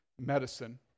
medicine